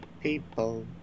people